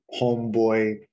homeboy